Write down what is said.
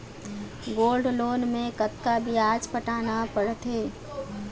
Gold loan मे कतका ब्याज पटाना पड़थे?